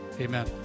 Amen